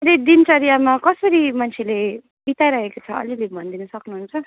फेरि दिनचर्यामा कसरी मान्छेले बिताइरहेको छ अलि अलि भनिदिन सक्नुहुन्छ